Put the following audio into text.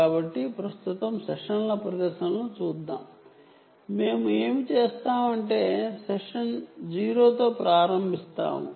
కాబట్టి ప్రస్తుతం సెషన్ల ప్రదర్శనలను చూద్దాం మేము ఏమి చేస్తామంటే సెషన్ 0 తో ప్రారంభిస్తాము